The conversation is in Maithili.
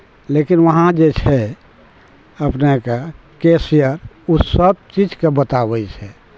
लेकिन वहाँ जे छै अपनेँके कैशिअर ओसब चीजके बताबै छै